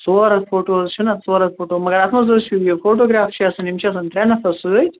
ژور ہتھ فوٹو حظ چھِنَہ ژور ہتھ فوٹو مگر اَتھ منٛز حظ چھُ یہِ فوٹوگرٛافر چھِ آسان یِم چھِ آسان ترٛےٚ نَفر سۭتۍ